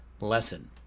lesson